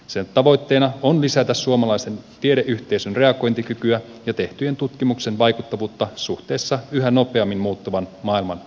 sen tavoitteena on lisätä suomalaisen tiedeyhteisön reagointikykyä ja tehtyjen tutkimuksien vaikuttavuutta suhteessa yhä nopeammin muuttuvan maailman haasteisiin